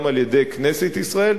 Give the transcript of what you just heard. גם על-ידי כנסת ישראל,